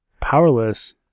Powerless